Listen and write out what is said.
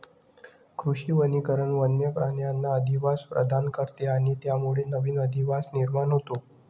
कृषी वनीकरण वन्य प्राण्यांना अधिवास प्रदान करते आणि त्यामुळे नवीन अधिवास निर्माण होतो